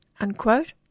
unquote